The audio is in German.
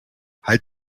halt